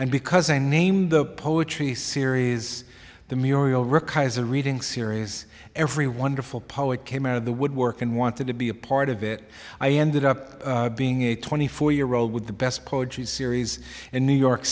and because i named the poetry series the muriel rakhine as a reading series every wonderful poet came out of the woodwork and wanted to be a part of it i ended up being a twenty four year old with the best poetry series in new york